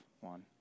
one